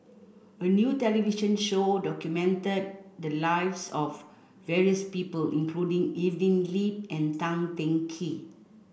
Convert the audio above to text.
a new television show documented the lives of various people including Evelyn Lip and Tan Teng Kee